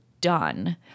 done